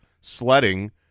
sledding